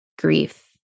grief